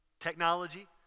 technology